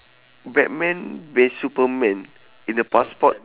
batman bin suparman in the passport